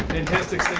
fantastic,